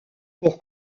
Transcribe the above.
pour